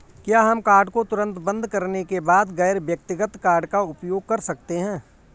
क्या हम कार्ड को तुरंत बंद करने के बाद गैर व्यक्तिगत कार्ड का उपयोग कर सकते हैं?